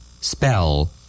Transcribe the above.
Spell